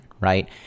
right